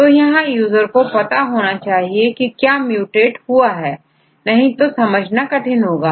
तो यहां यूजर को पता होना चाहिए कि क्या म्यूट एट हुआ है नहीं तो समझना कठिन होगा